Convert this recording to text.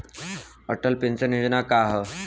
Atal pension Yojana का ह?